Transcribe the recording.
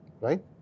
right